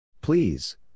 Please